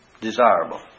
Desirable